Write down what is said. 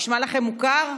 נשמע לכם מוכר?